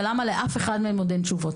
ולמה לאף אחד מהם עוד אין תשובות?